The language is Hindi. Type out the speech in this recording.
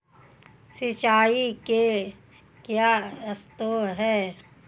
सिंचाई के क्या स्रोत हैं?